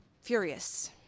Furious